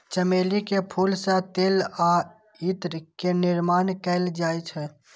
चमेली के फूल सं तेल आ इत्र के निर्माण कैल जाइ छै